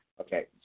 okay